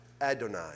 Adonai